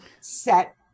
set